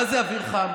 מה זה אוויר חם?